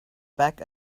back